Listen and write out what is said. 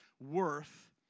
worth